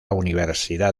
universidad